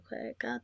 quick